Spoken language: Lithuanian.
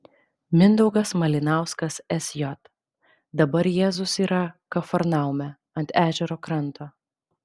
mindaugas malinauskas sj dabar jėzus yra kafarnaume ant ežero kranto